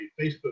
Facebook